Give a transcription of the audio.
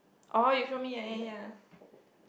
oh you feel me ya ya ya